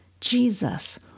Jesus